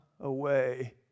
away